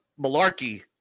Malarkey